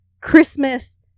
Christmas